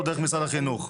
או דרך משרד החינוך?